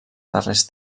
darrers